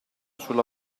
sulla